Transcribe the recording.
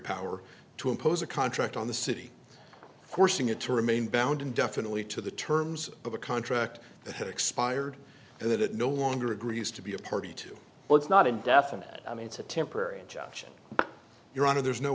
power to impose a contract on the city forcing it to remain bound indefinitely to the terms of a contract that had expired and that it no longer agrees to be a party to what's not indefinite i mean it's a temporary injunction your honor there's no